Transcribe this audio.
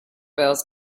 bills